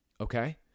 Okay